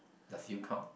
does you count